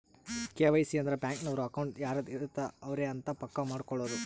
KYC ಅಂದ್ರ bank ನವರು account ಯಾರದ್ ಇರತ್ತ ಅವರೆ ಅಂತ ಪಕ್ಕ ಮಾಡ್ಕೊಳೋದು